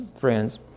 friends